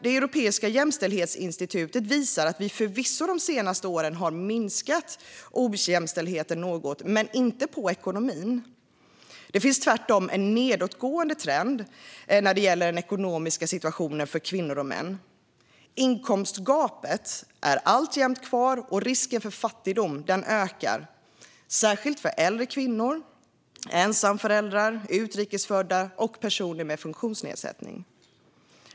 Europeiska jämställdhetsinstitutet visar att vi förvisso de senaste åren minskat ojämställdheten något, men det gäller inte ekonomin. Det finns tvärtom en nedåtgående trend när det gäller den ekonomiska situationen för kvinnor och män. Inkomstgapet är alltjämt kvar och risken för fattigdom ökar, särskilt för äldre kvinnor, ensamföräldrar, utrikes födda och personer med funktionsnedsättning.